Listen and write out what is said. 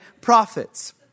prophets